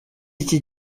iki